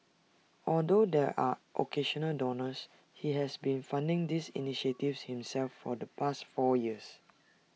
although there are occasional donors he has been funding these initiatives himself for the past four years